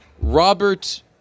Robert